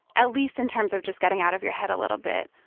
at least in terms of just getting out of your head a little bit,